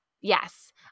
yes